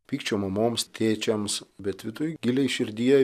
pykčio mamoms tėčiams bet viduj giliai širdyje